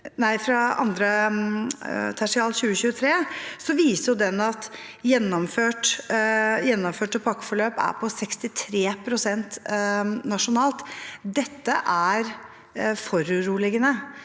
fra andre tertial 2023, viser den at gjennomførte pakkeforløp er på 63 pst. nasjonalt. Det er foruroligende.